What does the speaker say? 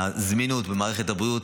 הזמינות במערכת הבריאות,